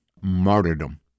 martyrdom